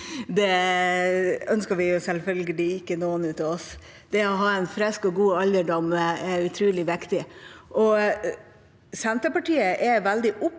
Det ønsker vi selvfølgelig ikke for noen av oss. Det å ha en frisk og god alderdom er utrolig viktig. Senterpartiet er veldig opptatt